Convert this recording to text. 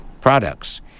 products